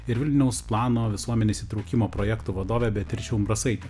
ir vilniaus plano visuomenės įtraukimo projektų vadove beatriče umbrasaite